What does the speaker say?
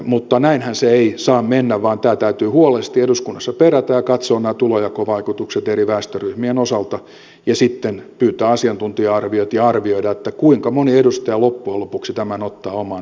mutta näinhän se ei saa mennä vaan tämä täytyy huolellisesti eduskunnassa perata ja katsoa nämä tulonjakovaikutukset eri väestöryhmien osalta ja sitten pyytää asiantuntija arviot ja arvioida kuinka moni edustaja loppujen lopuksi tämän ottaa omiin nimiinsä